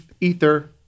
ether